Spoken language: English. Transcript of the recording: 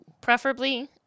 preferably